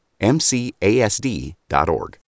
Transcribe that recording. MCASD.org